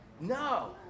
No